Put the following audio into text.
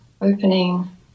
opening